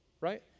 right